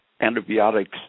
antibiotics